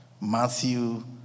Matthew